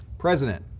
president,